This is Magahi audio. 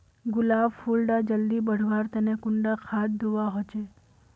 गुलाब फुल डा जल्दी बढ़वा तने कुंडा खाद दूवा होछै?